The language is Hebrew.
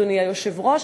אדוני היושב-ראש,